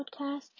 podcast